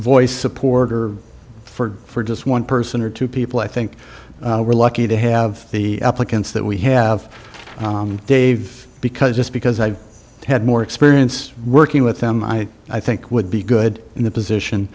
voice supporter for just one person or two people i think we're lucky to have the uplands that we have dave because just because i've had more experience working with them i i think would be good in the position